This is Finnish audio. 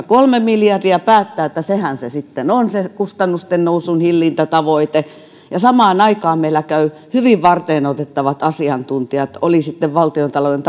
kolme miljardia ja päättää että sehän se sitten on se kustannusten nousun hillintätavoite ja samaan aikaan meillä käyvät hyvin varteenotettavat asiantuntijat oli sitten valtiontalouden